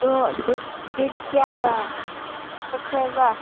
ꯑꯗꯣ ꯗꯦꯠ ꯀꯌꯥꯗ ꯆꯠꯁꯦꯕ